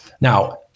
now